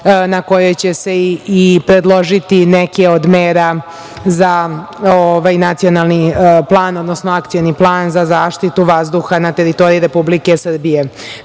na kojoj će se i predložiti neke od mera za nacionalni plan, odnosno Akcioni plan za zaštitu vazduha na teritoriji Republike Srbije. Takođe,